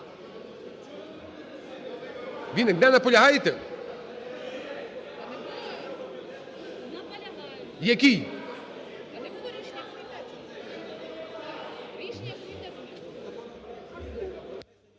Вінник, не наполягаєте? Який?